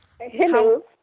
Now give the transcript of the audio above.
Hello